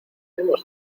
hemos